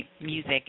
music